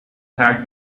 packed